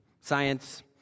science